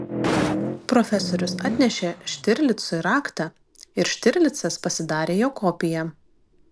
profesorius atnešė štirlicui raktą ir štirlicas pasidarė jo kopiją